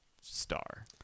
star